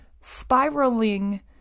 spiraling